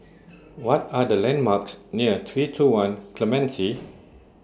What Are The landmarks near three two one Clementi